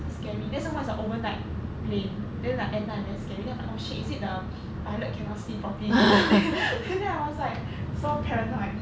so scary then some more it's overnight plane then like at night very scary then I like oh shit is it the pilot cannot see properly then I was like so paranoid